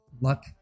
luck